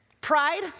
Pride